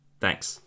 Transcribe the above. Thanks